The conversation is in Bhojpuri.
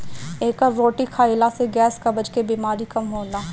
एकर रोटी खाईला से गैस, कब्ज के बेमारी कम होला